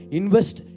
invest